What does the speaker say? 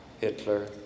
Hitler